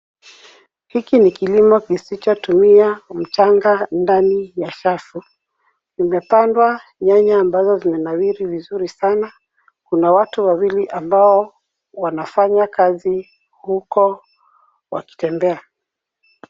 Hiki ni kilimo kisichotumia mchanga ndani ya chafu. Imepandwa nyanya ambazo zimenawiri vizuri sana. Kuna watu wawili ambao wanafanya kazi huko wakitembea.